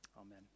Amen